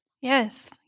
Yes